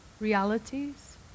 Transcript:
realities